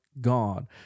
God